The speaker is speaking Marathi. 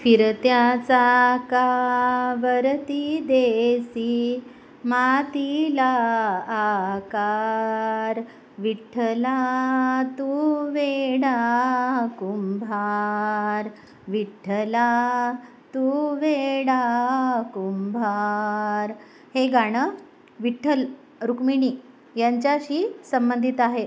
फिरत्या चा का वरती दे सी मातीला आकार विठ्ठला तू वेडा कुंभा र विठ्ठला तू वे डा कुंभा र हे गाणं विठ्ठल रुक्मिणी यांच्याशी संबंधित आहे